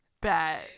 bet